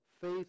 faith